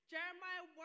Jeremiah